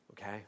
Okay